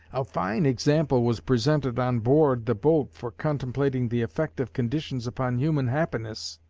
a fine example was presented on board the boat for contemplating the effect of conditions upon human happiness.